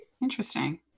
Interesting